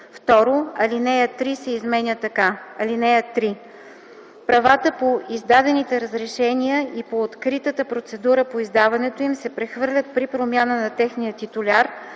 7”. 2. Алинея 3 се изменя така: „(3) Правата по издадените разрешения и по откритата процедура по издаването им се прехвърлят при промяна на техния титуляр